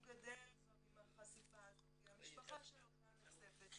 הוא גדל כבר עם החשיפה הזאת, המשפחה שלו גם נחשפת